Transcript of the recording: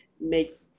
make